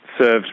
served